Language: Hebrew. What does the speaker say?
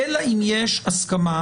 אלא אם יש הסכמה.